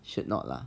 should not lah